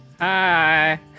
Hi